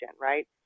right